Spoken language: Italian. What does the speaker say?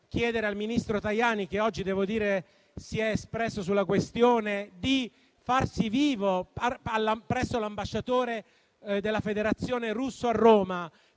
chiedere al ministro Tajani - che oggi si è espresso sulla questione - di farsi vivo presso l'ambasciatore della Federazione Russa a Roma